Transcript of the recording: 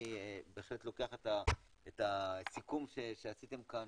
אני בהחלט לוקח את הסיכום שעשיתם כאן,